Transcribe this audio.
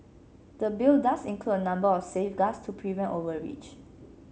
the Bill does include a number of safeguards to prevent overreach